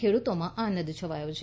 ખેડૂતોમાં આનંદ છવાયો છે